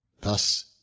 Thus